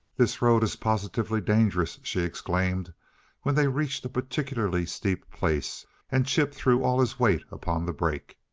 this road is positively dangerous! she exclaimed when they reached a particularly steep place and chip threw all his weight upon the brake.